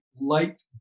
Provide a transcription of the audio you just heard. light